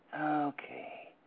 Okay